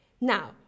Now